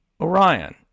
Orion